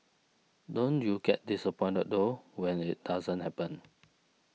don't you get disappointed though when it doesn't happen